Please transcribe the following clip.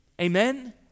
amen